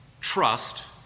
trust